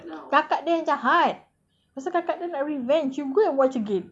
kakak dia yang jahat lepas tu kakak dia nak revenge cuba you watch again